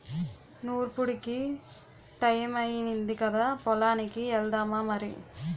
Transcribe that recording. నూర్పుడికి టయమయ్యింది కదా పొలానికి ఎల్దామా మరి